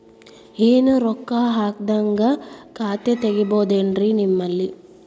ಏನು ರೊಕ್ಕ ಹಾಕದ್ಹಂಗ ಖಾತೆ ತೆಗೇಬಹುದೇನ್ರಿ ನಿಮ್ಮಲ್ಲಿ?